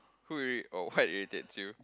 who irri~ oh what irritates you